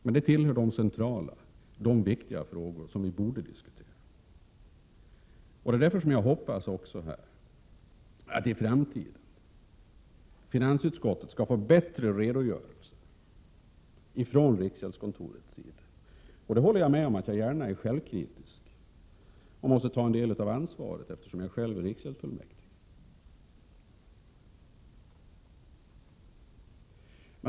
Men detta ' tillhör de centrala frågor som vi borde diskutera. Därför hoppas jag också att finansutskottet i framtiden skall få bättre redogörelser från riksgäldskontoret. Jag håller gärna med om att jag är självkritisk, men jag måste ta mitt ansvar, eftersom jag själv är ledamot av riksgäldsfullmäktige.